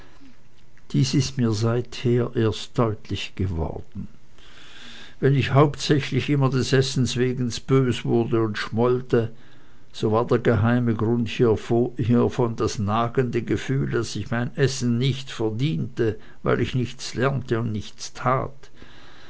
dies ist mir seither erst deutlich geworden wenn ich hauptsächlich immer des essens wegen bös wurde und schmollte so war der geheime grund hievon das nagende gefühl daß ich mein essen nicht verdiente weil ich nichts lernte und nichts tat